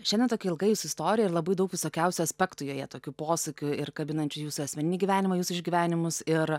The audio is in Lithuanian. šiandien tokia ilga jūsų istorija ir labai daug visokiausių aspektų joje tokių posakių ir kabinančių jūsų asmeninį gyvenimą jūsų išgyvenimus ir